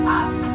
up